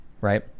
right